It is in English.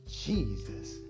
Jesus